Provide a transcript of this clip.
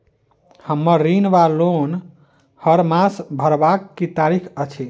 हम्मर ऋण वा लोन हरमास भरवाक की तारीख अछि?